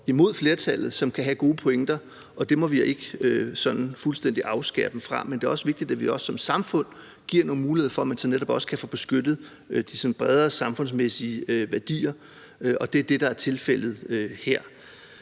imod flertallet – som kan have gode pointer, og det må vi ikke sådan fuldstændig afskære dem fra at have. Men det er også vigtigt, at vi som samfund giver nogle muligheder for, at man så netop også kan få beskyttet de sådan bredere samfundsmæssige værdier, og det er det, der er tilfældet her.